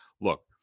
look